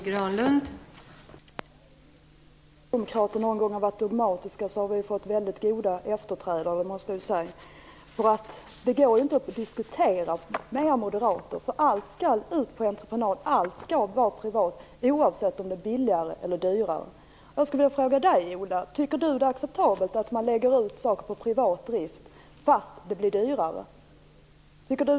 Fru talman! Om socialdemokraterna någon gång har varit dogmatiska så måste jag säga att vi har fått väldigt goda efterträdare. Det går ju inte att diskutera med er moderater. Allt skall ut på entreprenad. Allt skall vara privat, oavsett om det är billigare eller dyrare. Jag skulle vilja fråga Ola Karlsson om han tycker att det är acceptabelt att man lägger ut verksamhet i privat regi även om det blir dyrare?